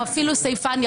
או אפילו סייפן,